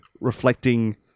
reflecting